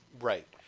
Right